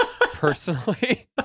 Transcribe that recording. personally